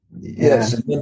Yes